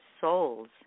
souls